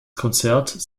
konzerts